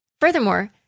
Furthermore